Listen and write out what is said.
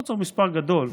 לא צריך מספר גדול,